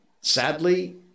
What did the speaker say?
Sadly